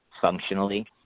functionally